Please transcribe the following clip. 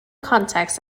contexts